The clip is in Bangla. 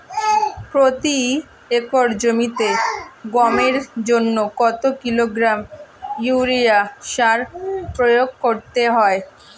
প্রতি একর জমিতে গমের জন্য কত কিলোগ্রাম ইউরিয়া সার প্রয়োগ করতে হয়?